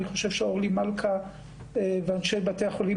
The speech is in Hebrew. אני חושב שאורלי מלכה ואנשי בתי החולים